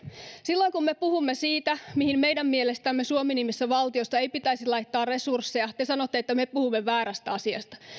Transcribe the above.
silloin kun me puhumme siitä mihin meidän mielestämme suomi nimisessä valtiossa ei pitäisi laittaa resursseja te sanotte että me puhumme väärästä asiasta